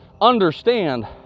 understand